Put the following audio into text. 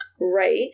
Right